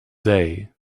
day